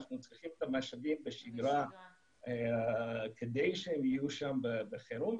אנחנו צריכים את המשאבים בשגרה כדי שהם יהיו שם בחירום,